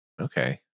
okay